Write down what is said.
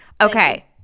Okay